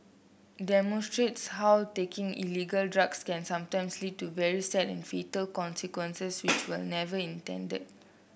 demonstrates how taking illegal drugs can sometimes lead to very sad and fatal consequences which were never intended